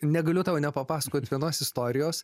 negaliu tau nepapasakot vienos istorijos